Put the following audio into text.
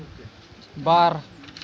ᱵᱟᱨ